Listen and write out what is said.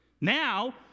Now